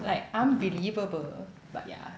like unbelievable but yeah